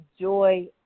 Joy